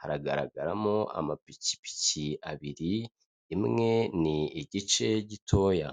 haragaragaramo amapikipiki abiri, imwe ni igice gitoya.